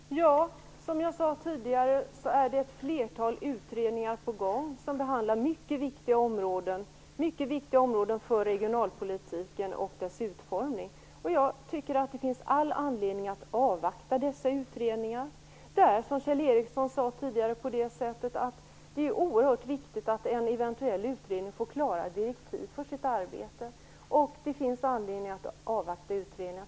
Fru talman! Som jag tidigare sade är det ett flertal utredningar på gång som behandlar mycket viktiga områden för regionalpolitiken och dess utformning. Jag tycker att det finns all anledning att avvakta dessa utredningar. Som Kjell Ericsson tidigare sade är det oerhört viktigt att en eventuell utredning får klara direktiv för sitt arbete. Det finns alltså anledning att avvakta utredningarna.